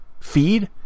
feed